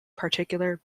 particular